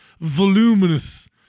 voluminous